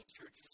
churches